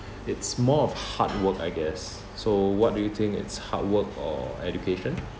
it's more of hard work I guess so what do you think it's hard work or education